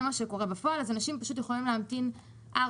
זה יוצר מצב שאנשים יכולים להמתין שלוש